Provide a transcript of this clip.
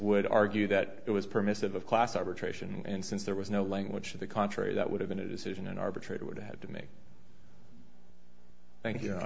would argue that it was permissive of class arbitration and since there was no language to the contrary that would have been a decision an arbitrator would have to make thank you